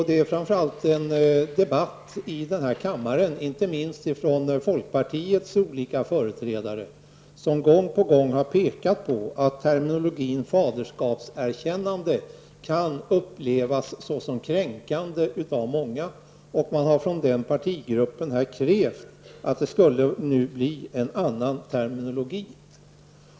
Det är framför allt en debatt i denna kammare, inte minst med folkpartiets olika företrädare, som gång på gång har pekat på att termen faderskapserkännande kan upplevas som kränkande av många. Man har från folkpartiets sida krävt en annan terminologi.